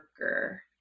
worker